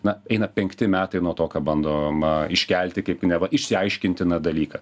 na eina penkti metai nuo to ką bando ma iškelti kaip neva išsiaiškintiną dalyką